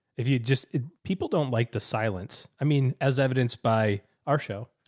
if you'd just people don't like the silence. i mean, as evidenced by our show,